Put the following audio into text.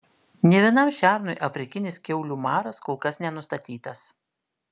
nė vienam šernui afrikinis kiaulių maras kol kas nenustatytas